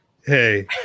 Hey